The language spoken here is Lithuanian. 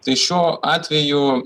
tai šiuo atveju